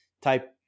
type